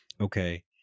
Okay